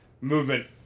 movement